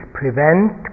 prevent